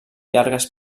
llargues